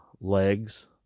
legs